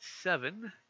seven